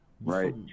right